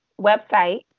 website